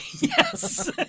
Yes